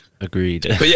agreed